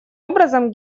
образом